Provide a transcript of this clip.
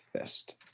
fist